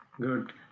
Good